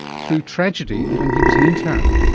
through tragedy when he was an intern.